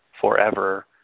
forever